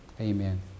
Amen